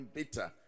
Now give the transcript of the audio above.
bitter